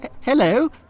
Hello